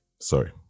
Sorry